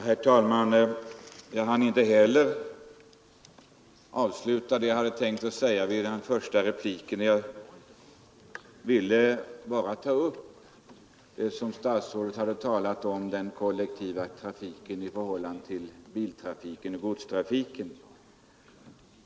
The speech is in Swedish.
Herr talman! Jag hann i min första replik inte med vad jag skulle säga Jag hade tänkt ta upp det som herr statsrådet sade om den kollektiva trafiken i förhållande till biltrafiken och godstrafiken.